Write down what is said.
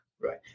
Right